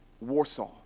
Warsaw